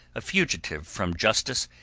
a fugitive from justice,